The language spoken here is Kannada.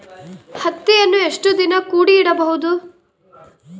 ಹತ್ತಿಯನ್ನು ಎಷ್ಟು ದಿನ ಕೂಡಿ ಇಡಬಹುದು?